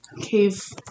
cave